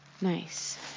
Nice